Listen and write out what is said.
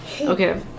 Okay